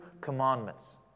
commandments